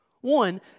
One